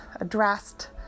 Addressed